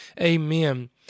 Amen